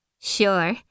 Sure